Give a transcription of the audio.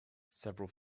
several